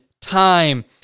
time